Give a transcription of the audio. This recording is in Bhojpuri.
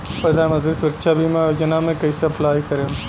प्रधानमंत्री सुरक्षा बीमा योजना मे कैसे अप्लाई करेम?